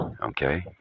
Okay